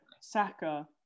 Saka